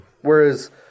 Whereas